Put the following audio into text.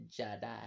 Jedi